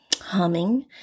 humming